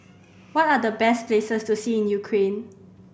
what are the best places to see in Ukraine